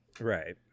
right